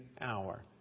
hour